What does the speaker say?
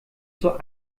zur